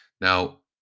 Now